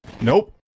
Nope